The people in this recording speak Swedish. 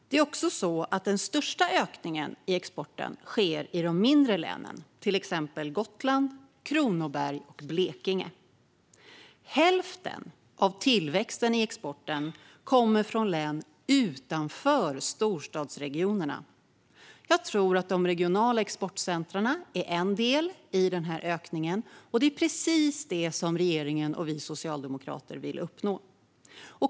Dessutom sker den största ökningen av exporten i de mindre länen, till exempel Gotland, Kronoberg och Blekinge. Hälften av tillväxten i exporten kommer från län utanför storstadsregionerna. Jag tror att en del av ökningen beror på de regionala exportcentrumen. Det är precis det som regeringen och vi socialdemokrater vill uppnå.